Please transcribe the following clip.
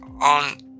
on